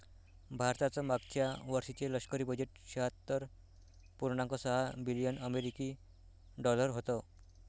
भारताचं मागच्या वर्षीचे लष्करी बजेट शहात्तर पुर्णांक सहा बिलियन अमेरिकी डॉलर होतं